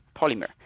polymer